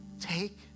take